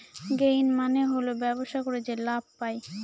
gain মানে হল ব্যবসা করে যে লাভ পায়